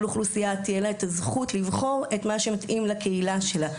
שלכל אוכלוסייה תהיה הזכות לבחור את מה שמתאים לקהילה שלה.